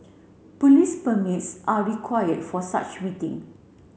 police permits are required for such meeting